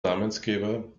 namensgeber